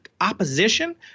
opposition